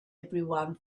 everyone